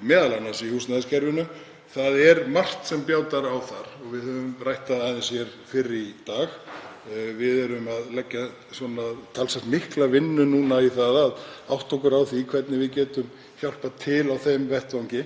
m.a. í húsnæðiskerfinu. Það er margt sem bjátar á þar og við ræddum það aðeins hér fyrr í dag. Við leggjum nú talsvert mikla vinnu í það að átta okkur á því hvernig við getum hjálpað til á þeim vettvangi